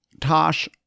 Tosh